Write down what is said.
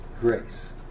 Grace